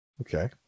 Okay